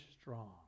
strong